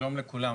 שלום לכולם.